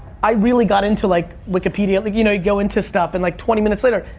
i really got into, like, wikipedia, like you know, you go into stuff. and, like, twenty minutes later,